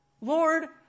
Lord